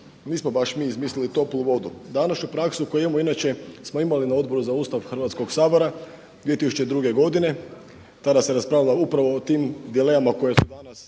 nismo baš mi izmislili toplu vodu. Današnju praksu koju imamo inače smo imali na Odboru za Ustav Hrvatskog sabora 2002. godine, tada se raspravljalo upravo o tim dilemama koje su danas